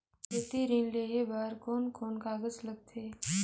खेती ऋण लेहे बार कोन कोन कागज लगथे?